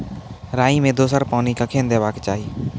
राई मे दोसर पानी कखेन देबा के चाहि?